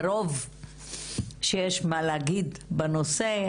מרוב שיש מה להגיד בנושא,